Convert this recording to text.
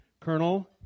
Colonel